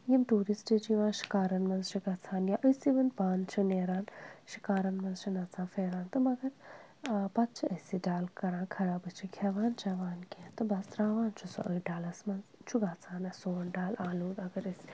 یِم ٹوٗرِسٹ چھِ یِوان شِکارَن مَنٛز چھِ گَژھان یا أسۍ اِوٕن پانہٕ چھِ نیران شِکارَن مَنٛز چھِ نَژان پھیران تہٕ مَگر پَتہٕ چھِ أسۍ یہِ ڈَل کَران خراب أسۍ چھِ کھیٚوان چیٚوان کینٛہہ تہٕ بَس تراوان چھُ سُہ أتھۍ ڈَلَس مَنٛز چھُ گژھان اَسہِ سون ڈَل آلوٗد اگر أسۍ